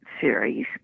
series